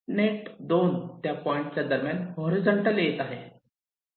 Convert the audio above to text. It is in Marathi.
नेट 2 त्या पॉईंट च्या दरम्यान हॉरीझॉन्टल येत आहे